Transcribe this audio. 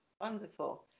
Wonderful